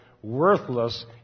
worthless